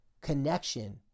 Connection